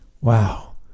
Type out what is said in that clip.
Wow